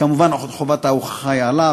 כמובן, חובת ההוכחה היא עליו.